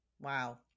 Wow